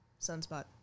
Sunspot